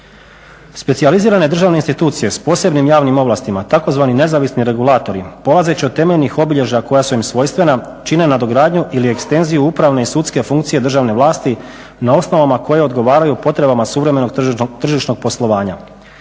Specijalizirane državne institucije s posebnim javnim ovlastima, tzv. nezavisni regulatori polazeći od temeljnih obilježja koja su im svojstvena čine nadogradnju ili ekstenziju upravne i sudske funkcije državne vlasti na osnovama koje odgovaraju potrebama suvremenog tržišnog poslovanja.